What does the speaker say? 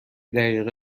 دقیقه